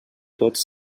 tots